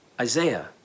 Isaiah